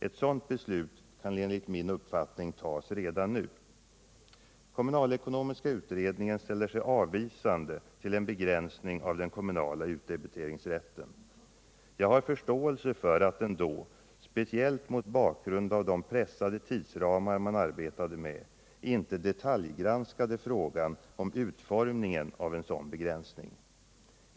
Ett sådant beslut kan enligt min uppfattning fattas redan nu. Kommunalekonomiska utredningen ställer sig avvisande till en begränsning av den kommunala utdebiteringsrätten. Jag har förståelse för att den, speciellt mot bakgrund av de pressade tidsramar man arbetade med, inte detaljgranskade frågan om utformningen av en sådan begränsning.